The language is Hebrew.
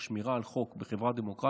או שמירה על חוק בחברה דמוקרטית,